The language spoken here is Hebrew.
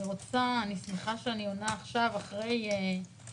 אני שמחה שאני מתייחסת עכשיו אחרי שדיבר